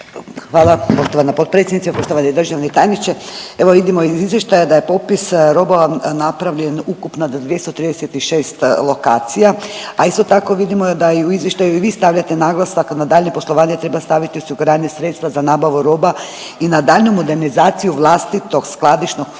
Hvala poštovana potpredsjednice, poštovani državni tajniče. Evo vidimo iz izvještaja da je popis roba napravljen ukupno do 236 lokacija, a isto tako vidimo da i u izvještaju vi stavljate naglasak na daljnje poslovanje treba staviti osiguranje sredstva za nabavu roba i na daljnju modernizaciju vlastitog skladišnog prostora.